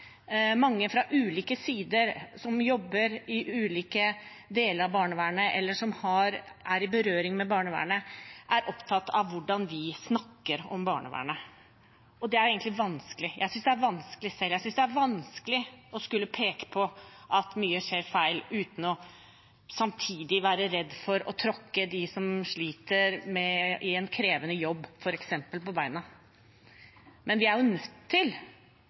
mange fra ulike sider som jobber i ulike deler av barnevernet, eller som er i berøring med barnevernet, er opptatt av hvordan vi snakker om barnevernet. Det er egentlig vanskelig. Jeg synes det er vanskelig selv, jeg synes det er vanskelig å skulle peke på at mye skjer som er feil, uten samtidig å være redd for å tråkke dem som sliter med en krevende jobb, f.eks., på tærne. Men vi er jo nødt til